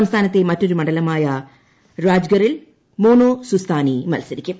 സംസ്ഥാനത്തെ മറ്റൊരു മണ്ഡലമായ രാജ്ഗർഇൽ മോനാ സുസ്താനി മത്സരിക്കും